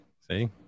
see